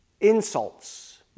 insults